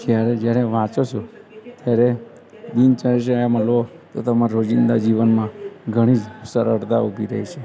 જ્યારે જ્યારે વાંચો છો ત્યારે દિનચર્યા તો તમારે રોજિંદા જીવનમાં ઘણી જ સરળતા ઊભી રહે છે